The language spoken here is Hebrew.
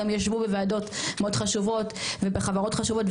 גם ישבו בוועדות מאוד חשובות ובחברות חשובות,